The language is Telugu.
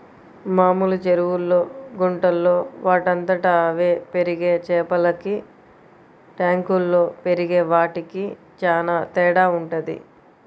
మామూలు చెరువుల్లో, గుంటల్లో వాటంతట అవే పెరిగే చేపలకి ట్యాంకుల్లో పెరిగే వాటికి చానా తేడా వుంటది